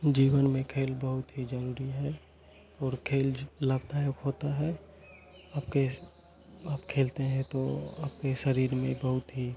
जीवन में खेल बहुत ही जरुरी है और खेल लाभदायक होता है आपके आप खेलते हैं तो आपके शरीर में बहुत ही